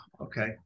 Okay